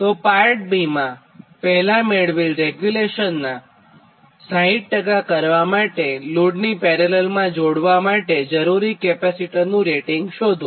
તો part b માં પહેલા મેળવેલ રેગ્યુલેશનનાં 60 કરવા માટે લોડની પેરેલલમાં જોડવા માટે જરૂરી કેપેસિટરનું રેટિંગ શોધો